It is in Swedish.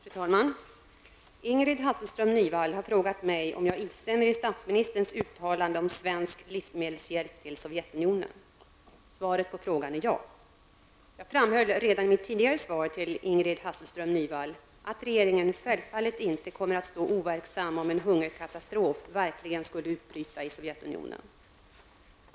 Fru talman! Ingrid Hasselström Nyvall har frågat mig om jag instämmer i statsministerns uttalande om svensk livsmedelshjälp till Sovjetunionen. Svaret på frågan är ja. Jag framhöll redan i mitt tidigare svar till Ingrid Hasselström Nyvall att regeringen självfallet inte kommer att stå overksam om en hungerkatastrof verkligen skulle utbryta i Sovjetunionen.